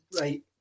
Right